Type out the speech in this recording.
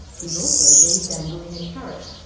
he's also been dangling a carrot.